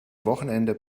wochenende